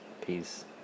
Peace